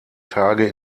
tage